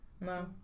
no